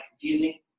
confusing